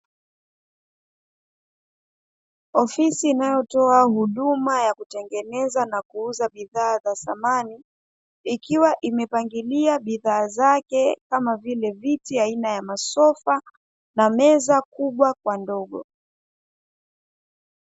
Ofisi inayotoa huduma ya kutengeneza na kuuza bidhaa za samani, ikiwa imepangilia bidhaa zake kama vile viti aina ya masofa na meza kubwa kwa ndogo.